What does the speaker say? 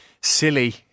silly